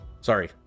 sorry